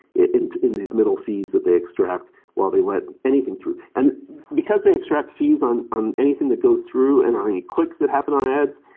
and in these middle fees that they extract while they let anything through. and because they extract fees on on anything that goes through and on any clicks that happen on ads,